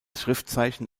schriftzeichen